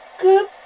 Good